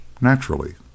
Naturally